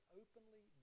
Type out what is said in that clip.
openly